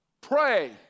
Pray